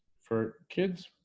for kids